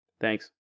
Thanks